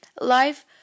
life